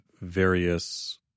various